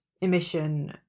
emission